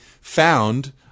found